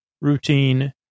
routine